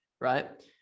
right